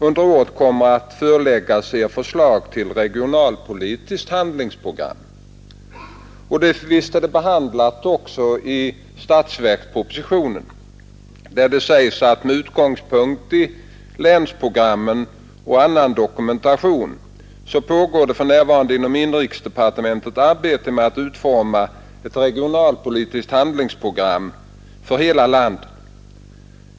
Under året kommer förslag till regionalpolitiskt handlingsprogram att föreläggas Eder.” Och visst är det ämnet behandlat också i statsverkspropositionen, där det sägs: ”Med utgångspunkt i länsprogrammen och annan dokumentation pågår inom inrikesdepartementet arbete med att utforma ett regionalpolitiskt handlingsprogram för hela landet.